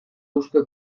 uste